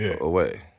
away